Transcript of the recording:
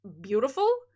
beautiful